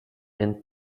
and